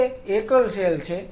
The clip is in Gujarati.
તે એકલ સેલ છે